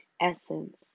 essence